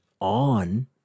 on